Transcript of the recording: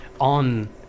on